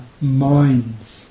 minds